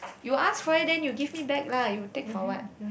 you ask for you then you give me back lah you take for what